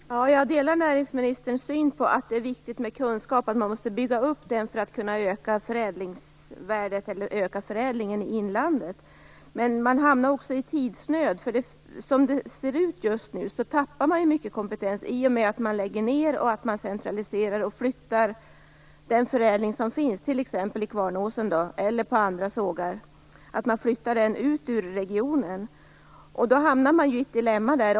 Fru talman! Jag delar näringsministerns uppfattning att det är viktigt med kunskap och att man måste bygga upp den för att kunna öka förädlingen i inlandet. Men man hamnar också i tidsnöd. Som det ser ut just nu tappar man mycket kompetens i och med att man lägger ned, centraliserar och flyttar den förädling som finns, t.ex. vid Kvarnåsen eller andra sågar, ut ur regionen. Då hamnar man ju i ett dilemma.